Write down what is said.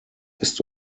ist